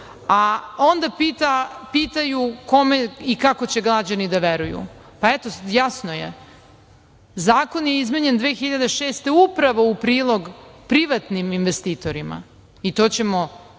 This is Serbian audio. a onda pitaju kome i kako će građani da veruju. Jasno je, zakon je izmenjen 2006. godine, upravo u prilog privatnim investitorima i to ćemo